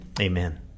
Amen